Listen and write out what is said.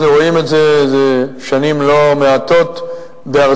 אנחנו רואים את זה שנים לא מעטות בארצנו.